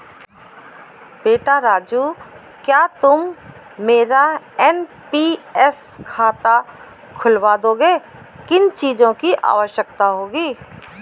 बेटा राजू क्या तुम मेरा एन.पी.एस खाता खुलवा दोगे, किन चीजों की आवश्यकता होगी?